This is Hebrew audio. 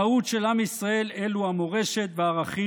המהות של עם ישראל היא המורשת והערכים,